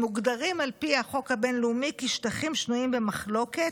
הם מוגדרים על פי החוק הבין-לאומי שטחים שנויים במחלוקת,